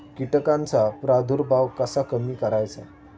कीटकांचा प्रादुर्भाव कसा कमी करायचा?